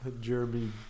Jeremy